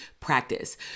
practice